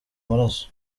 maraso